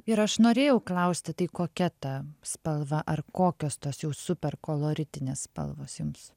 ir aš norėjau klausti tai kokia ta spalva ar kokios tos jau super koloritinės spalvos jums